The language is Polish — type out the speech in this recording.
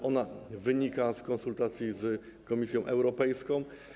To wynika z konsultacji z Komisją Europejską.